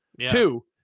two